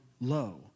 low